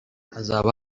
hazaba